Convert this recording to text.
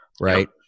right